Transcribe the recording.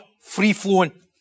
free-flowing